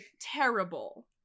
terrible